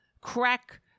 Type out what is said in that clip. crack